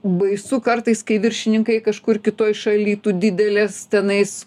baisu kartais kai viršininkai kažkur kitoj šaly tu didelės tenais